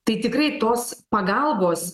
tai tikrai tos pagalbos